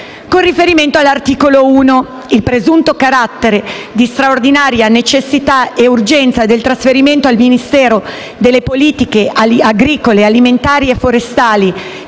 Con riferimento all'articolo 1, il presunto carattere di straordinaria necessità e urgenza del trasferimento al Ministero delle politiche agricole, alimentari e forestali